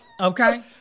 Okay